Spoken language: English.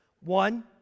One